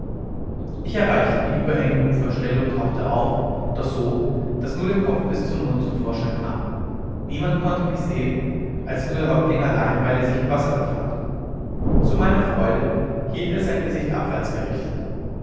ich erreichte die überhängende uferstelle und tauchte auf doch so daß nur der kopf bis zum mund zum vorschein kam niemand konnte mich sehen als nur der häuptling allein weil er sich im wasser befand zu meiner freude hielt er sein gesicht abwärts gerichtet